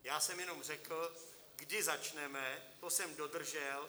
Já jsem jenom řekl, kdy začneme, to jsem dodržel.